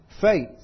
faith